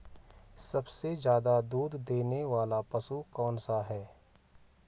सबसे ज़्यादा दूध देने वाला पशु कौन सा है?